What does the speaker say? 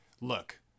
look